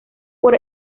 por